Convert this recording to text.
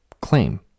claim